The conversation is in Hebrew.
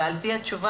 ועל פי התשובה,